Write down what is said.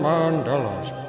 Mandela's